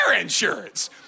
insurance